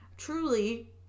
Truly